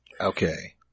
okay